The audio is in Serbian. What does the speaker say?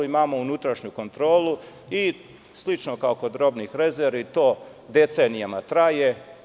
Imamo unutrašnju kontrolu i slično kao kod robnih rezervi to decenijama traje.